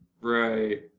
Right